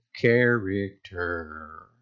character